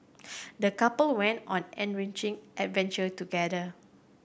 the couple went on an enriching adventure together